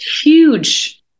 huge